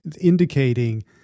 indicating –